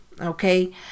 okay